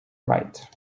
right